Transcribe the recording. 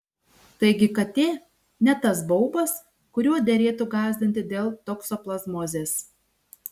taigi katė ne tas baubas kuriuo derėtų gąsdinti dėl toksoplazmozės